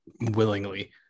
willingly